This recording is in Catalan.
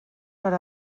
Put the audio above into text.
per